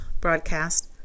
broadcast